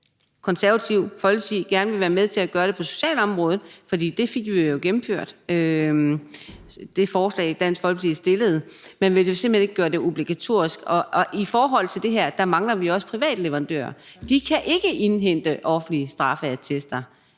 Konservative Folkeparti gerne vil være med til at gøre det på socialområdet, for det fik vi jo gennemført med det forslag, Dansk Folkeparti fremsatte, men her vil man simpelt hen ikke gøre det obligatorisk. Og i forhold til det her mangler vi også privatleverandører. De kan ikke indhente offentlige straffeattester,